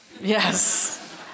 Yes